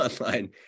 online